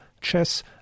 chess